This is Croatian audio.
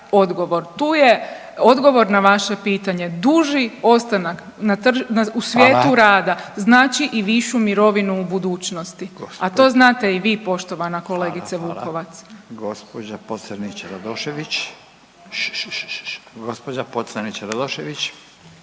Tu je odgovor na vaše pitanje. Duži ostanak na, u svijetu rada …/Upadica: Hvala./… znači i višu mirovinu u budućnosti, a to znate i vi poštovana kolegice Vukovac.